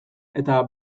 eta